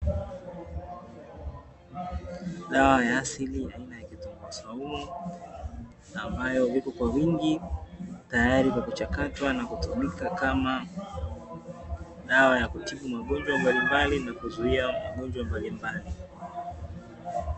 Dawa ya asili aina ya kitunguu swaumu, ambayo vipo kwa wingi, tayari kwa ajili ya kuchakatwa na kutumika kama dawa ya kutibu magonjwa mbalimbali na kuzuia magonjwa mbalimbali.